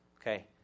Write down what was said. Okay